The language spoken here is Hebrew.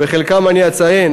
ואת חלקן אני אציין.